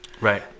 Right